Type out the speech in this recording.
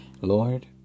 Lord